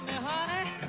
honey